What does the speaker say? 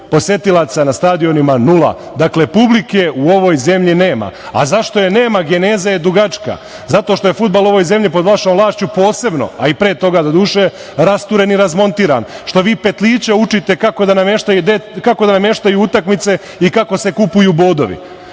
posetilaca na stadionima nula. Dakle, publike u ovoj zemlji nema. Zašto je nema, geneza je dugačka. Zato što je fudbal u ovoj zemlji pod vašom vlašću posebno, a i pre toga do duše, rasturen i razmontiran, što vi petliće učite kako da nameštaju utakmice i kako se kupuju bodovi. Zato